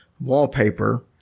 wallpaper